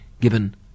given